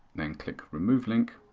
then click remove link